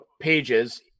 pages